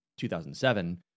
2007